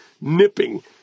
nipping